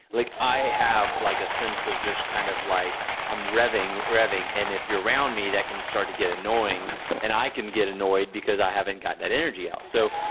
like i have like a sense of kind of like i'm revving, revving. and if you're around me that can start to get annoying and i can get annoyed, because i haven't gotten that energy out. so,